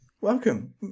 welcome